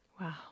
Wow